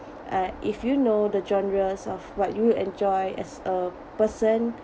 uh if you know the genres of what you enjoy as a person